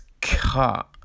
cut